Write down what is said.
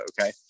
Okay